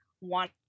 want